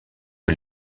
que